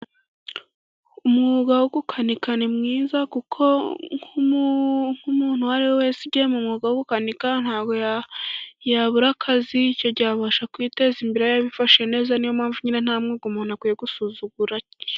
Umwuga wo gukanika ni mwiza kuko nk'umuntu uwo ari we wese ugiye mu mwuga wo gukanika ntabwo yabura akazi, icyo gihe abasha kwiteza imbere, iyo abifashe neza niyo mpamvu nyine nta mwuga umuntu akwiye gusuzugura.